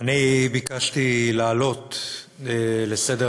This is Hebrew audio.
אני קובע שההצעה לסדר-היום